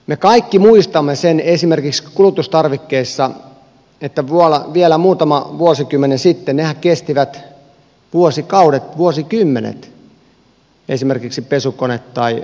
me kaikki muistamme sen esimerkiksi kulutustarvikkeissa että vielä muutama vuosikymmen sitten nehän kestivät vuosikaudet vuosikymmenet esimerkiksi pesukone tai auto